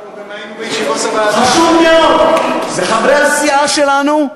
זה חשוב מאוד, וחברי הסיעה שלנו,